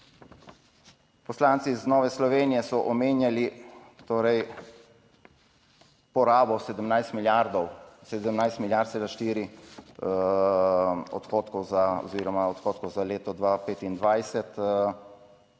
Poslanci iz Nove Slovenije so omenjali torej porabo 17 milijard, 17,4 odhodkov za oziroma odhodkov za leto 2025,